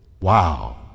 Wow